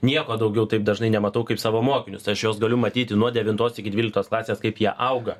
nieko daugiau taip dažnai nematau kaip savo mokinius aš juos galiu matyti nuo devintos iki dvyliktos klasės kaip jie auga